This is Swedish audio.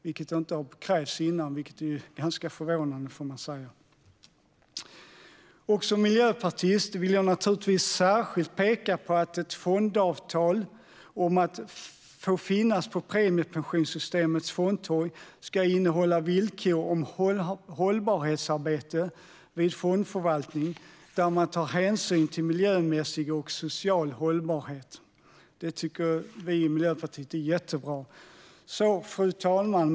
Det har inte krävts innan, vilket är ganska förvånande. Som miljöpartist vill jag naturligtvis särskilt peka på att ett fondavtal om att få finnas på premiepensionssystemets fondtorg ska innehålla villkor om hållbarhetsarbete vid fondförvaltning där man tar hänsyn till miljömässig och social hållbarhet. Det tycker vi i Miljöpartiet är jättebra. Fru talman!